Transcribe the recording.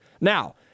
Now